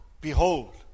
behold